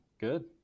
Good